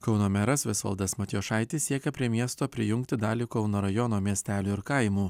kauno meras visvaldas matijošaitis siekia prie miesto prijungti dalį kauno rajono miestelių ir kaimų